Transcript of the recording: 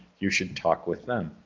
you should talk with them.